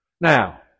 Now